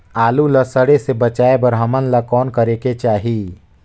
आलू ला सड़े से बचाये बर हमन ला कौन करेके चाही?